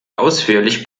ausführlich